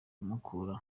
mukura